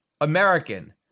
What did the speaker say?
American